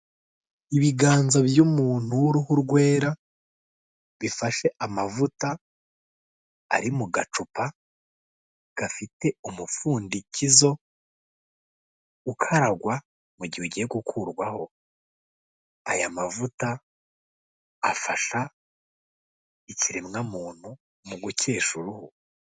Ibiganza by'umuntu w'uruhu rwera, bifashe amavuta ari mu gacupa, gafite umupfundikizo ukaragwa mu gihe ugiye gukurwaho, aya mavuta afasha ikiremwa muntu mu gukesha uruhu.